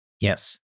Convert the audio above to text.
Yes